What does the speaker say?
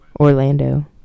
Orlando